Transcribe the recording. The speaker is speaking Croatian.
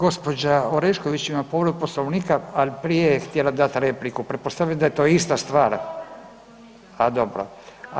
Gospođa Orešković ima povredu Poslovnika, ali prije je htjela dati repliku, pretpostavljam da je to ista stvar. … [[Upadica se ne razumije.]] a dobro.